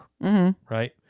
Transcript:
right